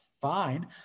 fine